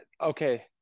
Okay